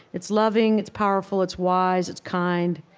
it's loving it's powerful it's wise it's kind.